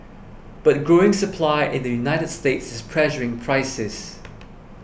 but growing supply in the United States is pressuring prices